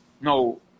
no